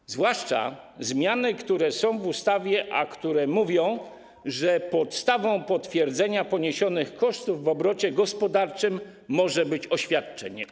Chodzi zwłaszcza o zmiany, które są w ustawie, a które mówią, że podstawą potwierdzenia poniesionych kosztów w obrocie gospodarczym może być oświadczenie.